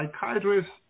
psychiatrists